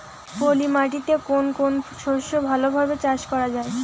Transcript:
পলি মাটিতে কোন কোন শস্য ভালোভাবে চাষ করা য়ায়?